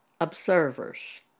observers